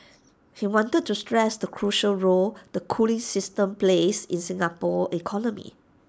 he wanted to stress the crucial role the cooling system plays in Singapore's economy